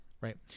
Right